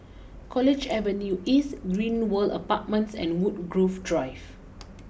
College Avenue East Great World Apartments and Woodgrove Drive